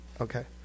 Okay